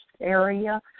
area